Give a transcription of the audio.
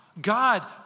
God